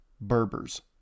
Berbers